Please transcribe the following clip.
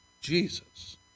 Jesus